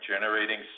generating